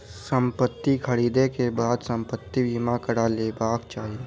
संपत्ति ख़रीदै के बाद संपत्ति बीमा करा लेबाक चाही